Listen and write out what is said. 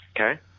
Okay